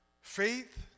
faith